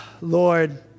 Lord